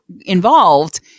involved